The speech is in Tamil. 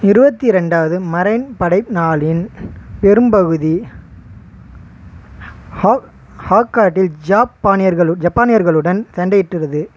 இருபத்தி ரெண்டாவது மரைன் படை நாளின் பெரும்பகுதி ஹ ஹகாட்டில் ஜாப்பானியர்கள் ஜப்பானியர்களுடன் சண்டையிட்டது